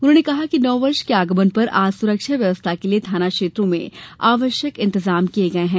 उन्होंने कहा कि नववर्ष के आगमन पर आज सुरक्षा व्यवस्था के लिए थाना क्षेत्रों में आवश्यक इंतजाम किये गये हैं